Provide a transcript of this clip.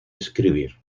escribir